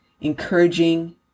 encouraging